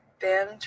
Ben